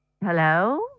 Hello